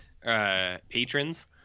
patrons